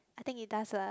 I think it does lah